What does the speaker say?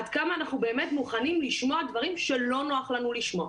עד כמה אנחנו באמת מוכנים לשמוע דברים שלא נוח לנו לשמוע,